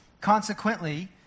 Consequently